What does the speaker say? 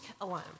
alone